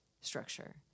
structure